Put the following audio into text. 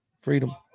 Freedom